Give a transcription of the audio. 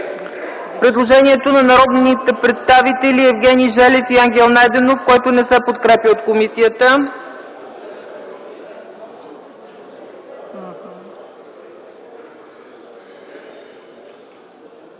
предложението на народните представители Евгений Желев и Ангел Найденов, което не се подкрепя от комисията.